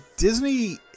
Disney